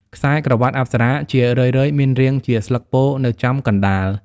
ខ្សែក្រវាត់អប្សរាជារឿយៗមានរាងជាស្លឹកពោធិ៍នៅចំកណ្តាល។